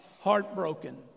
heartbroken